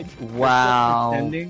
wow